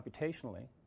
computationally